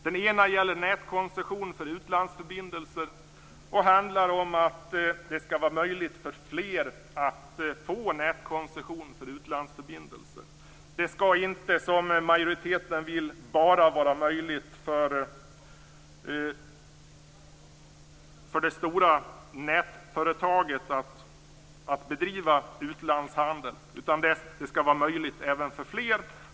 Den ena gäller nätkoncession för utlandsförbindelser, och den handlar om att det skall vara möjligt för fler att få nätkoncession för utlandsförbindelser. Det skall inte, som majoriteten vill, vara möjligt bara för det stora nätföretaget att bedriva utlandshandel, utan det skall vara möjligt även för fler.